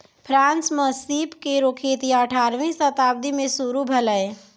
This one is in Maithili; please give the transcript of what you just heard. फ्रांस म सीप केरो खेती अठारहवीं शताब्दी में शुरू भेलै